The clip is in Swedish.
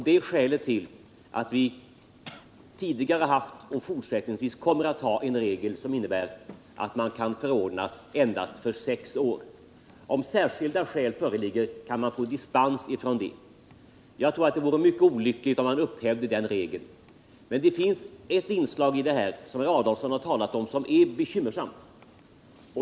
Det är skälet till att vi tidigare haft och fortsättningsvis kommer att ha en regel som innebär att man kan förordnas endast för sex år. Om särskilda skäl föreligger kan man få dispens. Men jag tror det vore mycket olyckligt om man upphävde denna regel. - Däremot finns det ett inslag som herr Adolfsson talade om som är bekymmersamt.